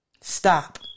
Stop